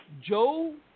Joe